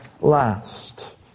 last